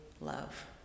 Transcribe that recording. love